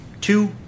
Two